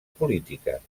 polítiques